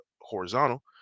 horizontal